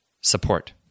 support